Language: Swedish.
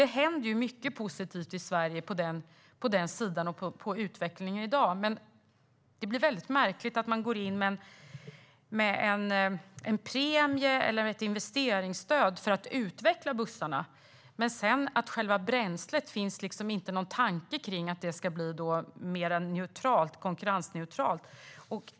Det händer mycket positivt i Sverige när det gäller utvecklingen på den sidan i dag. Men det blir väldigt märkligt när man går in med en premie eller ett investeringsstöd för att utveckla bussarna, medan det inte finns någon tanke på att själva bränslet ska bli mer konkurrensneutralt.